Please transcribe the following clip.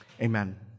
Amen